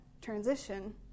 transition